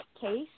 case